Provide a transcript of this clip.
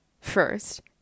first